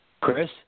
Chris